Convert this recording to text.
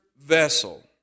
vessel